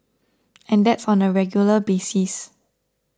and that's on a regular basis